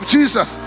Jesus